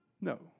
No